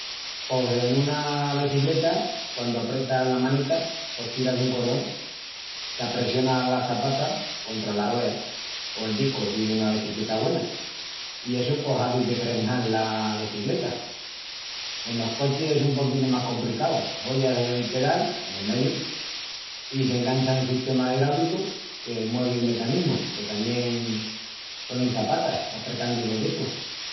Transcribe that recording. Pos en una becicleta, quandu apretas la maneta, pos tiras dun cordón qu'apressiona las çapatas contra la ruea, o el discu si es una becicleta güena, i essu pos hazi de fresnal la becicleta. Enos cochis es un poquinu más compricau. Hollas el pedal, el del meyu, i s'engancha un sistema idraulicu que muevi el mecanismu que tamién sonin çapatas apretandu los discus.